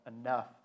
enough